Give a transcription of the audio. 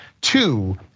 two